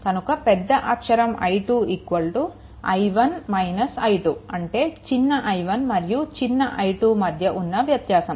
కనుక పెద్ద అక్షరం I2 i1 - i2 అంటే చిన్న i1 మరియు చిన్న i2 మధ్య ఉన్న వ్యత్యాసం